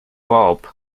bob